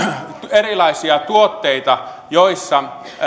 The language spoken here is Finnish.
erilaisia tuotteita joissa